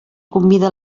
convida